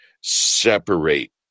separate